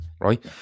right